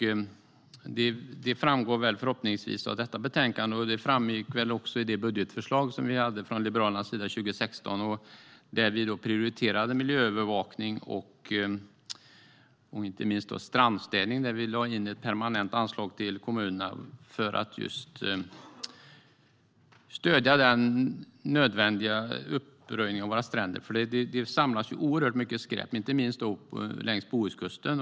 Det framgår förhoppningsvis av detta betänkande, och det framgick väl också av vårt budgetförslag för 2016. Där prioriterade vi miljöövervakning och inte minst strandstädning. Vi lade in ett permanent anslag till kommunerna för att stödja just den nödvändiga uppröjningen av våra stränder. Det samlas oerhört mycket skräp, inte minst längs Bohuskusten.